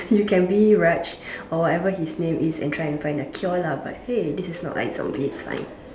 you can be Raj or whatever his name is and try and find a cure lah but hey this is not like zombie it's fine